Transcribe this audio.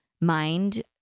mind